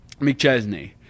mcchesney